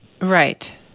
Right